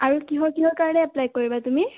আৰু কিহৰ কিহৰ কাৰণে এপ্পলাই কৰিবা তুমি